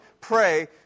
pray